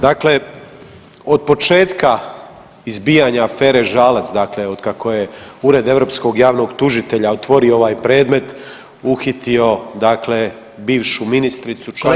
Dakle, od početka izbijanja afere Žalac, dakle otkako je Ured europskog javnog tužitelja otvorio ovaj predmet, uhitio dakle bivšu ministricu članicu